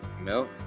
Milk